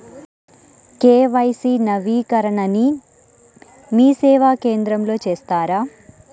KYC నవీకరణని మీసేవా కేంద్రం లో చేస్తారా?